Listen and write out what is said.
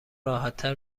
راحتتر